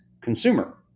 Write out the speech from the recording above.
consumer